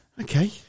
Okay